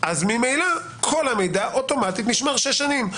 אז ממילא כל המידע אוטומטית נשמר שש שנים.